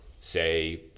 say